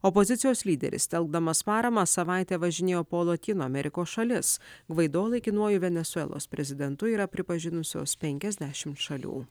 opozicijos lyderis telkdamas paramą savaitę važinėjo po lotynų amerikos šalis gvaido laikinuoju venesuelos prezidentu yra pripažinusios penkiasdešim šalių